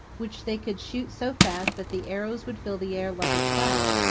which they could shoot so fast that the arrows would fill the air like a cloud,